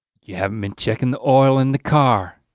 you haven't been checking the oil in the car.